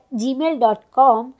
gmail.com